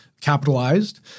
capitalized